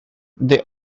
they